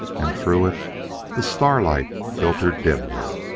and through it the starlight filtered dimly.